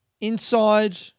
inside